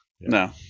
No